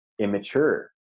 immature